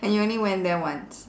and you only went there once